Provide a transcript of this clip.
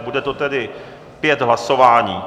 Bude to tedy pět hlasování.